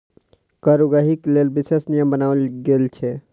कर उगाहीक लेल विशेष नियम बनाओल गेल छै